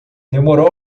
demorou